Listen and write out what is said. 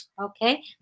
Okay